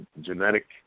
genetic